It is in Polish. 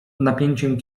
napięciem